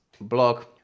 blog